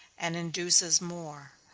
and induces more.